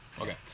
Okay